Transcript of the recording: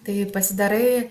tai pasidarai